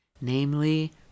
namely